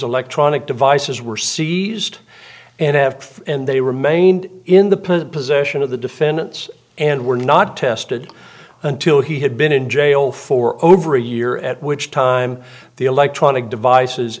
electronic devices were seized and have and they remained in the possession of the defendants and were not tested until he had been in jail for over a year at which time the electronic devices